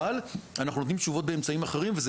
אבל אנחנו נותנים תשובות באמצעים אחרים וזה